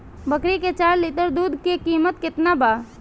बकरी के चार लीटर दुध के किमत केतना बा?